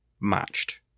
matched